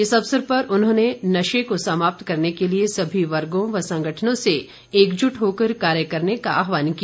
इस अवसर पर उन्होंने नशे को समाप्त करने के लिए सभी वर्गों व संगठनों से एकजुट होकर कार्य करने का आहवान किया